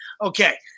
okay